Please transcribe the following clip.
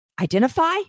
identify